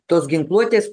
tos ginkluotės